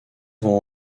vont